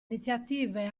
iniziative